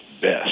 best